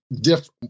different